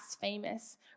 famous